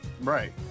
Right